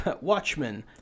Watchmen